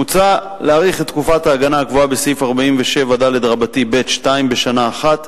מוצע להאריך את תקופת ההגנה הקבועה בסעיף 47ד(ב)(2) בשנה אחת,